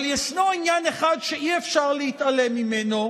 אבל ישנו עניין אחד שאי-אפשר להתעלם ממנו,